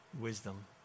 wisdom